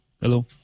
Hello